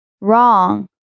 Wrong